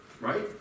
right